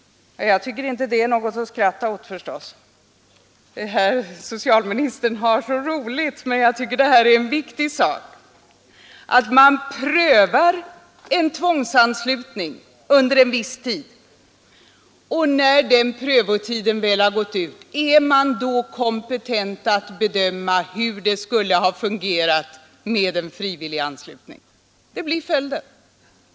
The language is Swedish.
Herr socialministern ser ut att ha så roligt nu, men jag tycker inte detta är något att skratta åt. Det är en viktig sak detta, att man vill pröva tvångsanslutning under en viss tid, och när den prövningstiden har gått ut, anser man sig kompetent att bedöma hur det skall fungera med en frivillig anslutning. Det blir ju följden av förslaget.